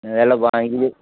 எல்லாம் வாங்கி